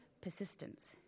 persistence